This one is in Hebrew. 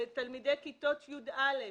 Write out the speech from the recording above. תלמידי כיתות י"א,